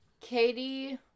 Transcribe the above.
Katie